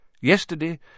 Yesterday